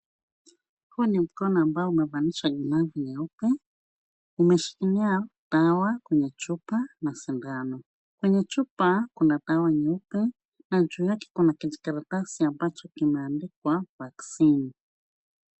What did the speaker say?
Huu ni mkono ambao umevalishwa glavu nyeupe, umeshilkilia dawa kwenye chupa na sindano, kwenye chupa kuna dawa nyeupe na juu yake kuna kijikaratasi ambacho kimeandikwa vaccine .